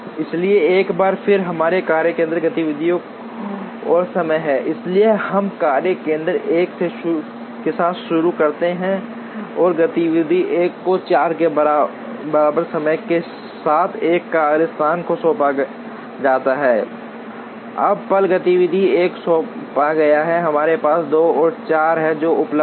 इसलिए एक बार फिर हमारे पास कार्य केंद्र गतिविधि और समय है इसलिए हम कार्य केंद्र 1 के साथ शुरू करते हैं और गतिविधि 1 को 4 के बराबर समय के साथ 1 कार्यस्थान को सौंपा जाता है अब पल गतिविधि 1 सौंपा गया है हमारे पास 2 और 4 हैं जो उपलब्ध हैं